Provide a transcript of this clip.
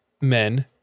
men